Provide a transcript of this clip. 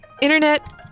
internet